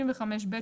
35ב,